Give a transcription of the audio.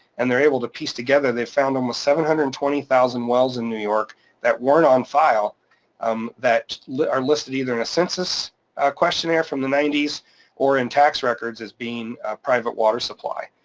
and they're able to piece together, they found almost seven hundred and twenty thousand wells in new york that weren't on file um that like are listed either in a census questionnaire from the ninety s or in tax records as being a private water supply.